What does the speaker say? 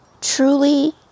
truly